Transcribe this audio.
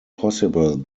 possible